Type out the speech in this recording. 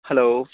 hello